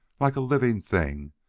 like a living thing,